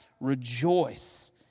rejoice